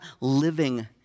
living